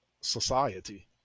society